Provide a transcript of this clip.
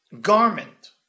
garment